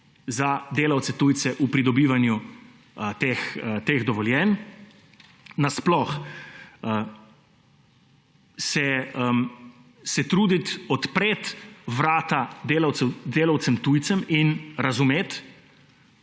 za delavce tujce v pridobivanju teh dovoljenj in nasploh se truditi odpreti vrata delavcem tujcem in razumeti,